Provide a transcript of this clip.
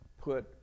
put